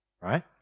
right